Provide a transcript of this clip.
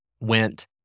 went